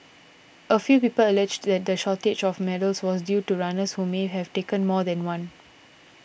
a few people alleged that the shortage of medals was due to runners who may have taken more than one